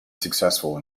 successful